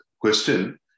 question